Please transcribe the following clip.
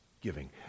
giving